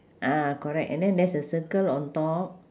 ah correct and then there's a circle on top